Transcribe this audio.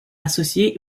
associé